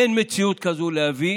אין מציאות כזו להביא